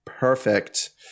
Perfect